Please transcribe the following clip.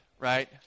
right